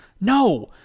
No